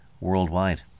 worldwide